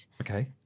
okay